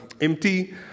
empty